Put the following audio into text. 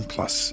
Plus